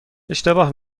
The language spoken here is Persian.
اشتباه